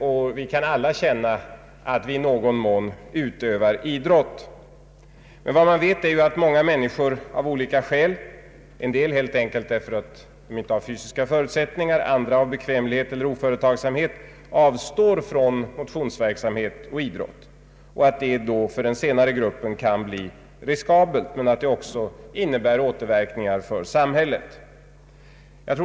Alla kan känna att de i någon mån utövar idrott. Men vi vet att många människor av olika skäl — en del helt enkelt därför att de inte har fysiska förutsättningar, andra av bekvämlighet eller oföretagsamhet — avstår från motionsverksamhet och idrott. Det kan bli riskabelt för den senare gruppen, och det har återverkningar även för samhället.